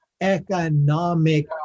economic